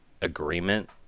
agreement